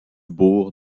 bourg